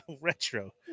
retro